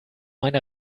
meine